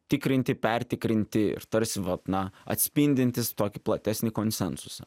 tikrinti pertikrinti ir tarsi vat na atspindintys tokį platesnį konsensusą